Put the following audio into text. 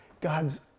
God's